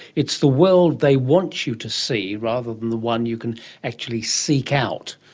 it's the world they want you to see rather than the one you can actually seek out.